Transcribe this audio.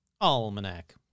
Almanac